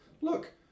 look